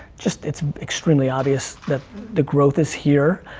just, it's extremely obvious that the growth is here,